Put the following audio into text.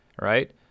right